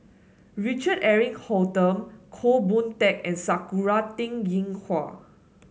Richard Eric Holttum Goh Boon Teck and Sakura Teng Ying Hua